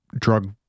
drug